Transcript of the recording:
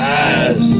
eyes